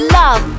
love